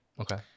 okay